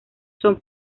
son